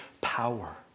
power